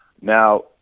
Now